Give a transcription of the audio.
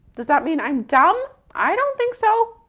does that mean i'm dumb? i don't think so.